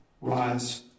Rise